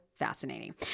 fascinating